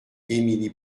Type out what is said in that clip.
émilie